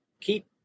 keep